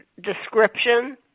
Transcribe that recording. description